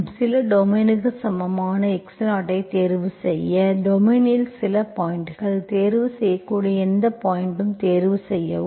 எனவே சில டொமைனுக்கு சமமான x0 ஐ தேர்வு செய்யவும் டொமைனில் சில பாயிண்ட்கள் தேர்வு செய்யக்கூடிய எந்த பாயிண்ட் தேர்வு செய்யவும்